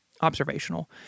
Observational